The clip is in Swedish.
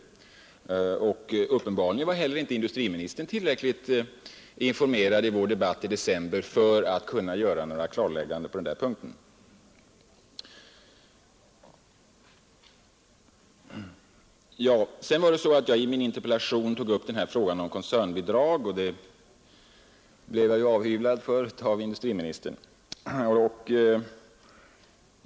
Uppenbarligen var inte heller industriministern tillräckligt informerad när vi hade vår debatt i december för att kunna göra några klarlägganden på denna punkt. I min interpellation tog jag upp frågan om koncernbidrag, och för det blev jag avhyvlad av industriministern.